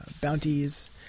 bounties